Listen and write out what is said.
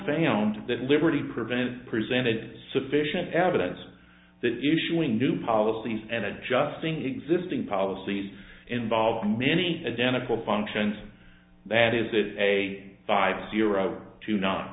and that liberty prevent presented sufficient evidence that issuing new policies and adjusting existing policies involving many identical functions that is that a five zero to no